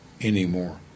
anymore